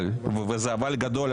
וזה אבל גדול,